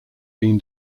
been